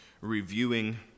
reviewing